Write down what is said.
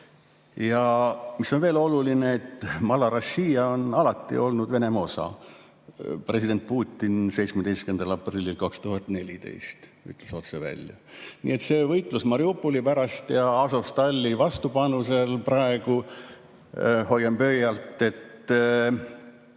Ja mis on veel oluline: Malorossija on alati olnud Venemaa osa. President Putin 17. aprillil 2014 ütles otse välja. Nii et see võitlus Mariupoli pärast ja Azovstali vastupanu seal praegu, hoian pöialt –